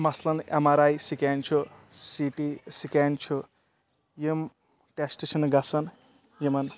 مثلن M R I scan چھُ C T scan چھُ یِم ٹٮ۪سٹ چھِنہٕ گژھان یِمَن